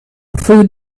food